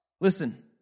Listen